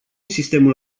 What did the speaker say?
sistemul